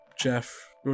Jeff